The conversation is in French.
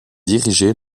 dirigé